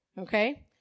Okay